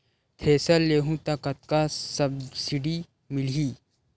Thresher लेहूं त कतका सब्सिडी मिलही?